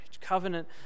covenant